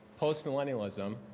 postmillennialism